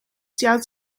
xiao